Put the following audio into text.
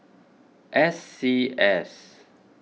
S C S